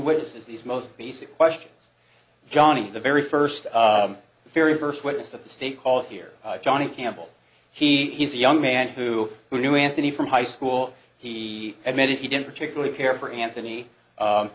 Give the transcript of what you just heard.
witnesses these most basic questions johnnie the very first the very first witness that the state called here johnny campbell he he's a young man who who knew anthony from high school he admitted he didn't particularly care for anthony